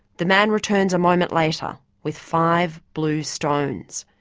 the man returns a moment later with five blue stones,